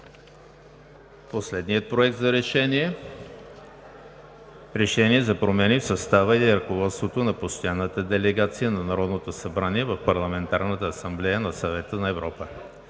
последния „Проект! РЕШЕНИЕ за промени в състава и ръководството на постоянната делегация на Народното събрание в Парламентарната асамблея на Съвета на Европа